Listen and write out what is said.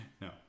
No